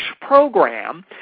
program